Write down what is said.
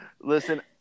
listen